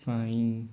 ପାଇଁ